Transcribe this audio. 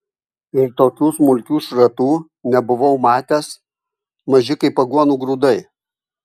ir tokių smulkių šratų nebuvau matęs maži kaip aguonų grūdai